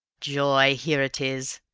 joy! here it is!